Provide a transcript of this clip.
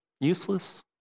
useless